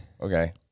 Okay